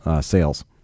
sales